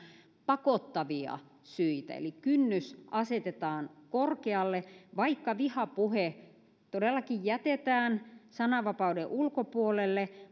pakottavia syitä eli kynnys asetetaan korkealle vaikka vihapuhe todellakin jätetään sananvapauden ulkopuolelle